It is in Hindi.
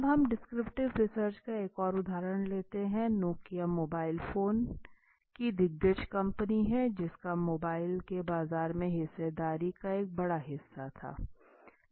अब हम डिस्क्रिप्टिव रिसर्च का एक और उदाहरण लेते हैं नोकिआ मोबाइल फोन की दिग्गज कंपनी है जिसका मोबाइल के बाजार में हिस्सेदारी का एक बड़ा हिस्सा था